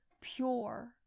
Pure